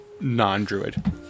non-Druid